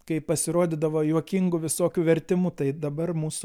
kai pasirodydavo juokingų visokių vertimų tai dabar mūsų